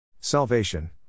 salvation